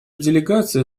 делегация